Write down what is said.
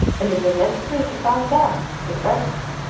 and it was necessary to climb down the crevasse,